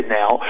now